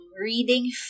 reading